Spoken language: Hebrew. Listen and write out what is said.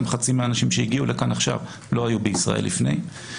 גם חצי מהאנשים שהגיעו לכאן עכשיו לא היו בישראל לפני.